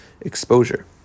exposure